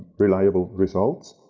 reliable results.